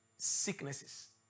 sicknesses